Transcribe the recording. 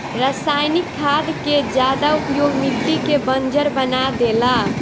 रासायनिक खाद के ज्यादा उपयोग मिट्टी के बंजर बना देला